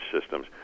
systems